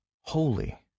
holy